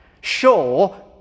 sure